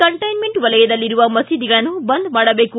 containment ವಲಯದಲ್ಲಿರುವ ಮಸೀದಿಗಳನ್ನು ಬಂದ್ ಮಾಡಬೇಕು